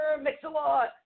Mix-a-Lot